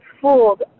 fooled